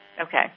Okay